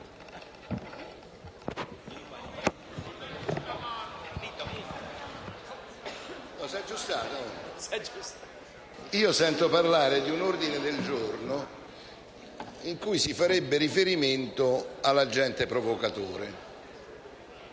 Sento parlare di un ordine del giorno in cui si farebbe riferimento all'agente provocatore.